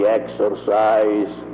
exercise